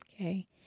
Okay